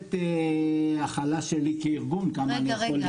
יכולת הכלה שלי כארגון כמה אני יכול לקלוט.